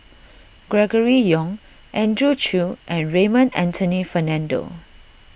Gregory Yong Andrew Chew and Raymond Anthony Fernando